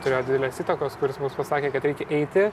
turėjo didelės įtakos kuris mums pasakė kad reikia eiti